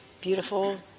beautiful